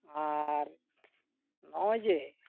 ᱟᱨ ᱱᱚᱜᱼᱚᱭ ᱡᱮ